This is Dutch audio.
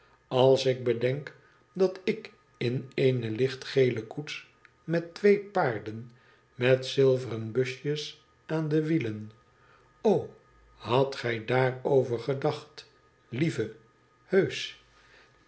als ik bedenk dat ik in eene lichtgele koets met twee paarden met zilveren busjes aan de wielen hadt gij daarover gedacht lieve